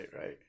right